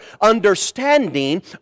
understanding